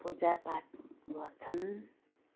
पूजा पाठ गर्छन्